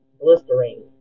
blistering